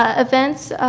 ah events.